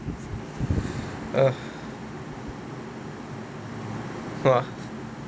uh !wah!